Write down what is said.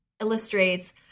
illustrates